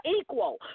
equal